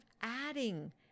adding